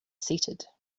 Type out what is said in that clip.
seated